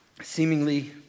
seemingly